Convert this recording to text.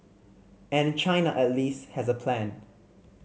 and China at least has a plan